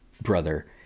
brother